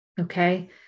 Okay